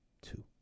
two